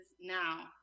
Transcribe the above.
now